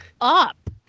up